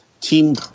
team